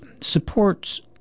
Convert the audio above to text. supports